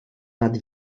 nad